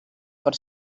per